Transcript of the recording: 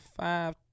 five